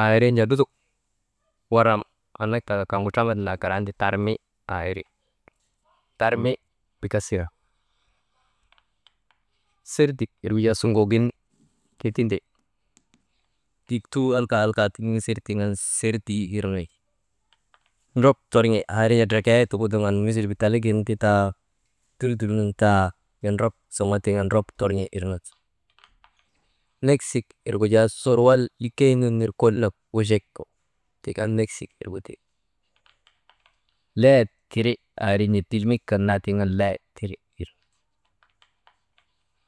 Aa irin jaa lutok waram anak taka kaŋgu traman tindika Garanti tarmi aa iri, tarmi bikasira, serdik wirgu jaa suŋogin ti tindi, diltuu alka alka dindiŋsirtinŋ tiŋ an sertuu irnu wi, ndrop torŋi wirnu jaa ndrekee ti wuduŋan misil daligin ti taa, durdur nun taa bee ndrop soŋoo tiŋ an ndrop torŋi irnu ti, neksik wirgu jaa surwal likez nun ner kol nak wochek tik an neksik irgu ti, leyek tiri aa irnu jaa dilmik kan naa tiŋ an leyet tiri wirnu ti,